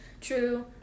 True